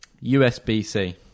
USB-C